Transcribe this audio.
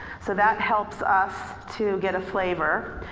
so that helps us to get a flavor.